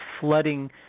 flooding